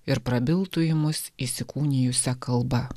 ir prabiltų į mus įsikūnijusia kalba